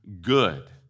good